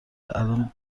الان